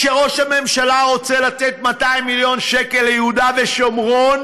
כשראש הממשלה רוצה לתת 200 מיליון שקל ליהודה ושומרון,